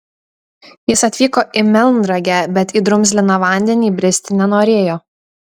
jis atvyko į melnragę bet į drumzliną vandenį bristi nenorėjo